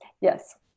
yes